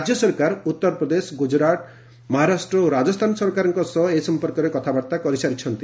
ରାଜ୍ୟ ସରକାର ଉତ୍ତର ପ୍ରଦେଶ ଗୁଜ୍ରାଟ୍ ମହାରାଷ୍ଟ୍ର ଓ ରାଜସ୍ଥାନ ସରକାରଙ୍କ ସହ ଏ ସମ୍ପର୍କରେ କଥାବାର୍ତ୍ତା କରିସାରିଛନ୍ତି